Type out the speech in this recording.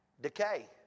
decay